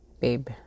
babe